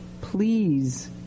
please